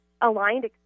aligned